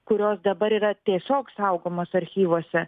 kurios dabar yra tiesiog saugomos archyvuose